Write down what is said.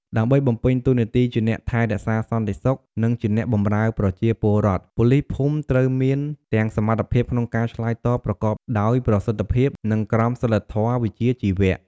ដើម្បីបំពេញតួនាទីជាអ្នកថែរក្សាសន្តិសុខ និងជាអ្នកបម្រើប្រជាពលរដ្ឋ ប៉ូលីសភូមិត្រូវមានទាំងសមត្ថភាពក្នុងការឆ្លើយតបប្រកបដោយប្រសិទ្ធភាព និងក្រមសីលធម៌វិជ្ជាជីវៈខ្ពស់។